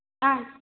ஆ